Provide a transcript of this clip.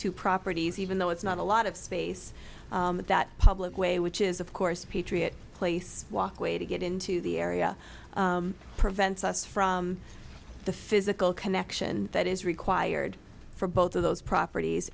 two properties even though it's not a lot of space that public way which is of course patriot place walkway to get into the area prevents us from the physical connection that is required for both of those properties